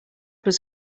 was